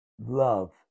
love